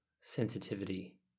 sensitivity